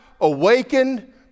awakened